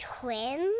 twins